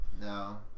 No